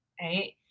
Right